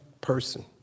person